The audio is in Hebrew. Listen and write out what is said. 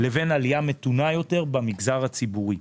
לבין עלייה מתונה יותר במגזר הציבורי.